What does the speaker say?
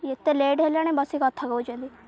ଏତେ ଲେଟ୍ ହେଲାଣି ବସି କଥା କହୁଛନ୍ତି